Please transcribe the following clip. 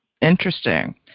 Interesting